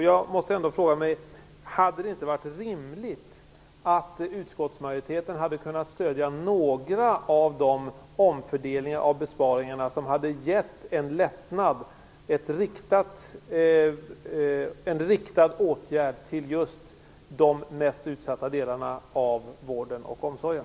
Jag måste fråga: Hade det inte varit rimligt att utskottsmajoriteten kunnat stödja några av de omfördelningar av besparingarna som hade kunnat ge en lättnad, t.ex. en riktad åtgärd till just de mest utsatta delarna av vården och omsorgen?